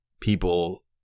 people